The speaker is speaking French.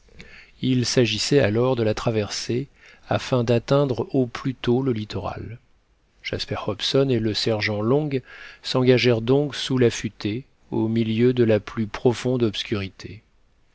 il s'agissait alors de la traverser afin d'atteindre au plus tôt le littoral jasper hobson et le sergent long s'engagèrent donc sous la futaie au milieu de la plus profonde obscurité